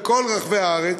בכל רחבי הארץ,